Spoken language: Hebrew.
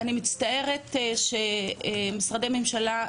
אני מצטערת שמשרדי ממשלה,